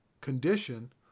condition